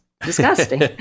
disgusting